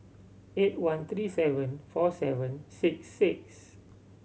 eight one three seven four seven six six